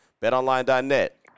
BetOnline.net